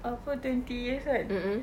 after twenty years kan